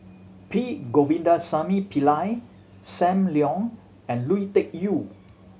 P Govindasamy Pillai Sam Leong and Lui Tuck Yew